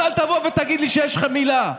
אז אל תגיד לי שיש לך מילה.